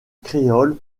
créole